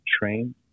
train